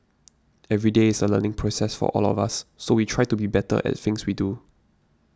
every day is a learning process for all of us so we try to be better at things we do